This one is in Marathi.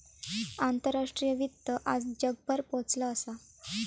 आंतराष्ट्रीय वित्त आज जगभर पोचला असा